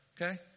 okay